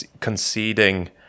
conceding